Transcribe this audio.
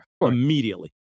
immediately